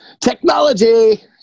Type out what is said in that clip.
Technology